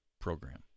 program